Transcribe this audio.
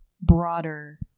broader